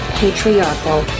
patriarchal